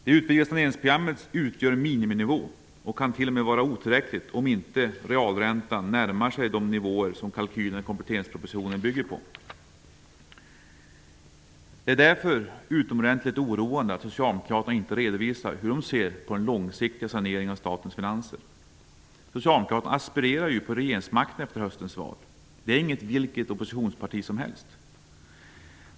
Det utvidgade saneringsprogrammet utgör en miniminivå och kan t.o.m. vara otillräckligt om inte realräntan närmar sig de nivåer som kalkylerna i kompletteringspropositionen bygger på. Det är därför utomordentligt oroande att Socialdemokraterna inte redovisar hur de ser på den långsiktiga saneringen av statens finanser. Socialdemokraterna aspirerar ju på regeringsmakten efter höstens val! Det är inte vilket oppositionsparti som helst.